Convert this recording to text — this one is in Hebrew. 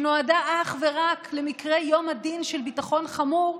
שנועדה אך ורק למקרה יום הדין של ביטחון חמור,